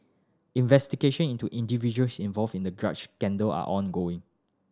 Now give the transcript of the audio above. investigation into individuals involved in the scandal are ongoing